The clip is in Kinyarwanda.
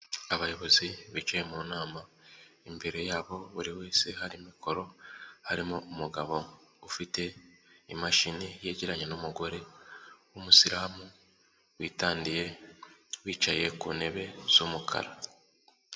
Abayobozi bicaye mu nama, imbere yabo buri wese hari mikoro harimo umugabo ufite imashini yegeranye n'umugore w'umusiramu witandiye, bicaye ku ntebe z'umukara.